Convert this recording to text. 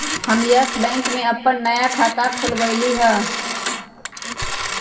हम Yes Bank में अप्पन नया खाता खोलबईलि ह